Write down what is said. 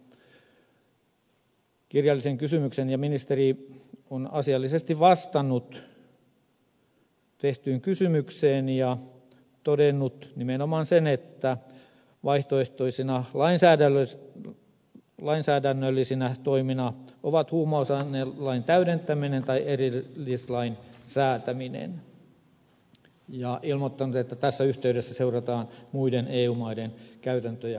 päivänä kirjallisen kysymyksen ja ministeri on asiallisesti vastannut tehtyyn kysymykseen ja todennut nimenomaan sen että vaihtoehtoisina lainsäädännöllisinä toimina ovat huumausainelain täydentäminen tai erillislain säätäminen ja ilmoittanut että tässä yhteydessä seurataan muiden eu maiden käytäntöjä asiassa